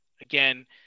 again